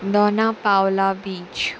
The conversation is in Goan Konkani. दोना पावला बीच